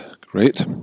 great